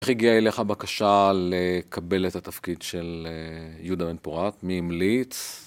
איך הגיע אליך הבקשה לקבל את התפקיד של יהודה מנפורט? מי מליץ?